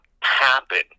happen